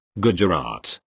Gujarat